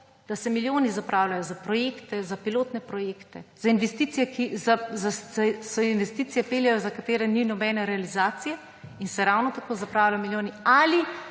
da se milijoni zapravljajo za pilotne projekte, da se investicije peljejo, za katere ni nobene realizacije, in se ravno tako zapravljajo milijoni, ali